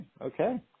okay